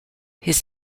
his